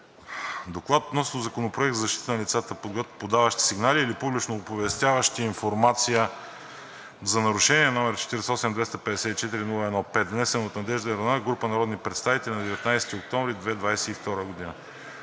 гласуване Законопроект за защита на лицата, подаващи сигнали или публично оповестяващи информация за нарушения, № 48-254-01-5, внесен от Надежда Йорданова и група народни представители на 19 октомври 2022 г.“